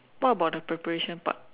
what about the preparation part